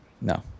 No